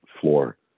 floor